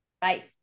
Bye